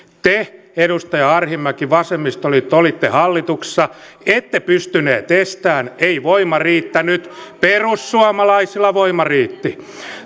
te edustaja arhinmäki vasemmistoliitto olitte hallituksessa ette pystyneet estämään ei voima riittänyt perussuomalaisilla voima riitti